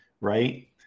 right